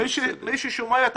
מי ששומע את